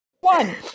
One